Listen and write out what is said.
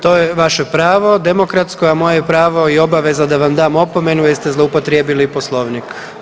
To je vaše pravo demokratsko, a moje je pravo i obaveza da vam dam opomenu jer ste zloupotrijebili Poslovnik.